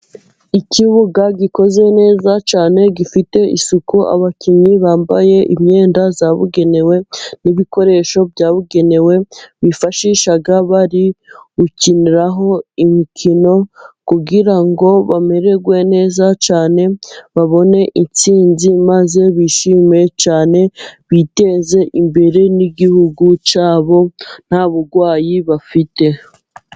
Ikibuga gikoze neza cyane gifite isuku, abakinnyi bambaye imyenda yabugenewe n'ibikoresho byabugenewe bifashishaga bari gukiniraho imikino, kugira ngo bamererwe neza cyane babone intsinzi, maze bishime cyane, biteze imbere n'igihugu cyabo, nta burwayi bafite.